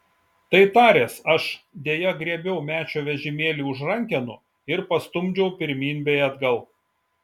tai taręs aš deja griebiau mečio vežimėlį už rankenų ir pastumdžiau pirmyn bei atgal